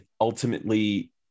ultimately